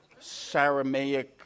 Saramaic